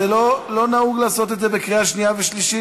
לא נהוג לעשות את זה בקריאה שנייה ושלישית.